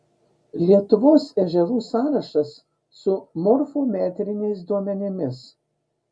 lietuvos ežerų sąrašas su morfometriniais duomenimis